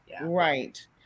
Right